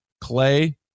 Clay